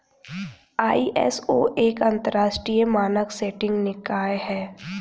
ISO एक अंतरराष्ट्रीय मानक सेटिंग निकाय है